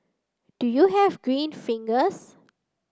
do you have green fingers